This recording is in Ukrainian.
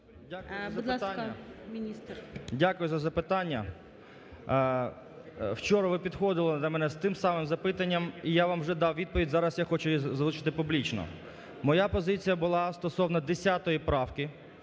Дякую за запитання. Вчора ви підходили до мене з тим самим запитанням, і я вам вже дав відповідь. Зараз я хочу її озвучити публічно. Моя позиція була стосовно 10 правки,